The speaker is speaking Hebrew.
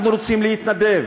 אנחנו רוצים להתנדב.